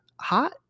Hot